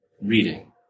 reading